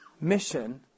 Mission